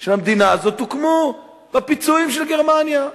של המדינה הזאת הוקמו בפיצויים של גרמניה,